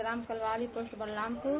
गांव कलवारी पोस्ट बलरामपुर